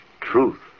truth